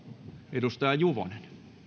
edustaja juvonen